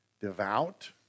devout